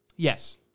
Yes